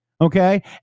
okay